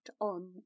on